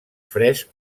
fresc